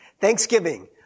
Thanksgiving